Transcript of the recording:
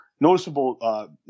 noticeable